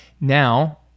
Now